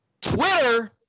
Twitter